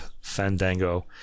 Fandango